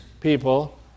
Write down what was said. people